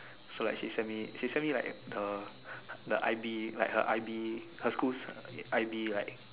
so like she send me she send me like the the I_B like her I_B her school I_B like